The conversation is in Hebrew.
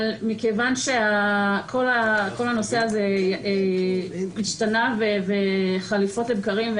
אבל מכיוון שכל הנושא הזה השתנה וחדשות לבקרים,